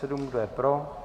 Kdo je pro?